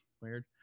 weird